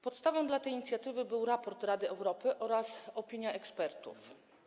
Podstawą tej inicjatywy był raport Rady Europy oraz opinia ekspertów.